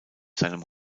seinem